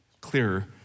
clearer